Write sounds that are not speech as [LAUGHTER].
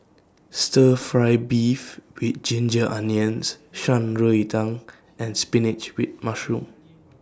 Stir Fry Beef with Ginger Onions Shan Rui Tang and Spinach with Mushroom [NOISE]